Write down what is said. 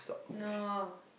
no